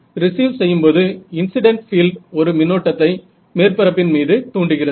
receive செய்யும்போது incident field ஒரு மின்னோட்டத்தை மேற்பரப்பின் மீது தூண்டுகிறது